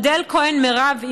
אודל כהן מירב,